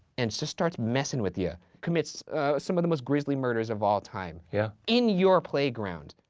and just starts messing with you. commits some of the most grisly murders of all time. yeah. in your playground.